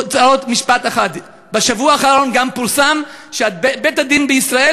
עוד משפט אחד: בשבוע האחרון גם פורסם שבית-הדין בישראל